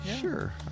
Sure